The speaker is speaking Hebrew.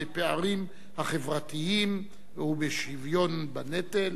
בפערים החברתיים ובשוויון בנטל.